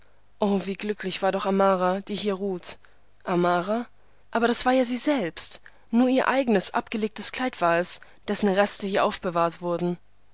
wie glücklich war doch amara die hier ruht amara aber das war sie ja selbst nur ihr eigenes abgelegtes kleid war es dessen reste hier aufbewahrt wurden